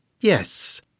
Yes